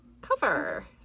cover